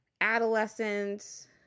adolescents